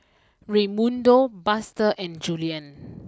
Raymundo Buster and Julien